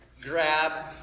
grab